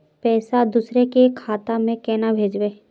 पैसा दूसरे के खाता में केना भेजबे?